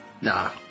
nah